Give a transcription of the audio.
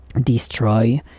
destroy